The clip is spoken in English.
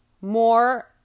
more